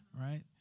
Right